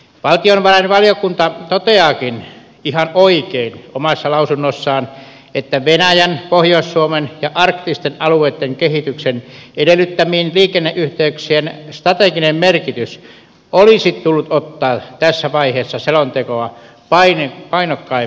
valtiovarainvaliokunta toteaakin ihan oikein omassa lausunnossaan että venäjän pohjois suomen ja arktisten alueitten kehityksen edellyttämien liikenneyhteyksien strateginen merkitys olisi tullut ottaa tässä vaiheessa selontekoa painokkaammin huomioon